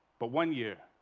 but one year